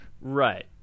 Right